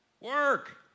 Work